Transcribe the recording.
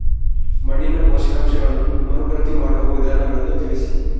ಮಣ್ಣಿನ ಪೋಷಕಾಂಶಗಳನ್ನು ಮರುಭರ್ತಿ ಮಾಡುವ ವಿಧಾನಗಳನ್ನು ತಿಳಿಸಿ?